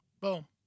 Boom